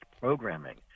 programming